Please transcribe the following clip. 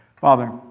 Father